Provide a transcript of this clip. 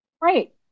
Right